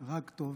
רק טוב.